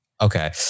okay